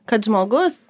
kad žmogus